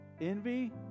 Envy